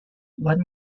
one